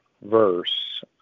verse